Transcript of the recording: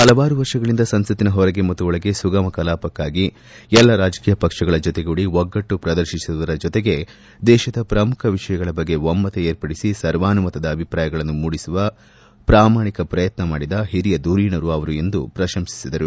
ಹಲವಾರು ವರ್ಷಗಳಿಂದ ಸಂಸತ್ತಿನ ಹೊರಗೆ ಮತ್ತು ಒಳಗೆ ಸುಗಮ ಕಲಾಪಕ್ನಾಗಿ ಎಲ್ಲಾ ರಾಜಕೀಯ ಪಕ್ಷಗಳ ಜೊತೆಗೂಡಿ ಒಗ್ಗಟ್ಲು ಪ್ರದರ್ತಿಸುವುದರ ಜೊತೆಗೆ ದೇಶದ ಪ್ರಮುಖ ವಿಷಯಗಳ ಬಗ್ಗೆ ಒಮ್ಗತ ಏರ್ಪಡಿಸಿ ಸರ್ವಾನುಮತದ ಅಭಿಪ್ರಾಯಗಳನ್ನು ಮೂಡಿಸುವ ಪ್ರಾಮಾಣಿಕ ಪ್ರಯತ್ನ ಮಾಡಿದ ಹಿರಿಯ ಧುರೀಣರು ಎಂದು ಪ್ರಶಂತಿಸಿದರು